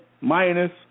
minus